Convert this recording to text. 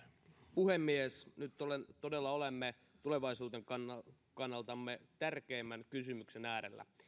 puhemies nyt todella olemme tulevaisuutemme kannalta kannalta tärkeimmän kysymyksen äärellä